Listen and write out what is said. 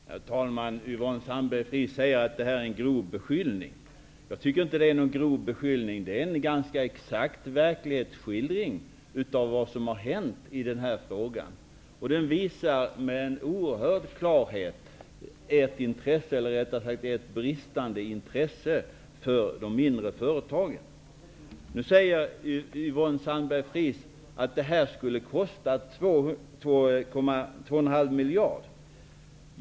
Herr talman! Yvonne Sandberg-Fries talar om en grov beskyllning. Men jag tycker inte att det är fråga om en grov beskyllning. I stället handlar det om en ganska så exakt verklighetsskildring av vad som hänt i den här frågan som oerhört klart visar på ett bristande intresse för de mindre företagen. Nu säger Yvonne Sandberg-Fries att det här skulle kosta 2,5 miljarder.